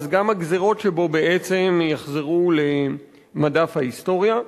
אז גם הגזירות שבו בעצם יחזרו למדף ההיסטוריה.